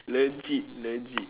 legit legit